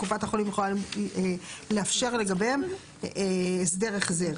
קופת החולים יכולה לאפשר לגביהם הסדר החזר.